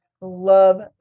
love